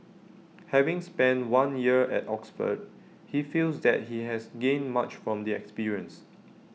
having spent one year at Oxford he feels that he has gained much from the experience